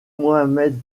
mohamed